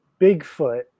Bigfoot